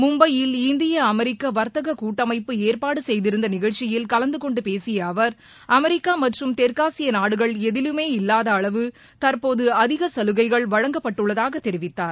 மும்பையில் இந்திய அமெரிக்க வர்த்தக கூட்டமைப்பு ஏற்பாடு செய்திருந்த நிகழ்ச்சியில் கலந்துகொண்டு பேசிய அவர் அமெரிக்கா மற்றும் தெற்காசிய நாடுகள் எதிலுமே இல்லாத அளவு தற்போது அதிக சலுகைகள் வழங்கப்பட்டுள்ளதாக தெரிவித்தார்